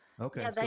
Okay